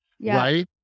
Right